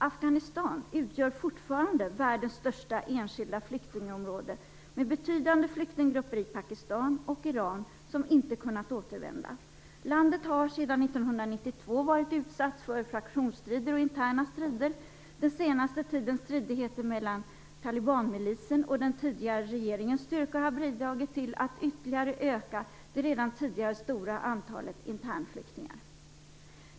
Afghanistan utgör fortfarande världens största enskilda flyktingområde med betydande flyktinggrupper i Pakistan och Iran som inte kunnat återvända. Landet har sedan 1992 varit utsatt för fraktionsstrider och interna strider. Den senaste tidens stridigheter mellan talibanmilisen och den tidigare regeringens styrkor har bidragit till att ytterligare öka det redan tidigare stora antalet internflyktingar.